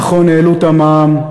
נכון, העלו את המע"מ,